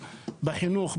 בחינוך,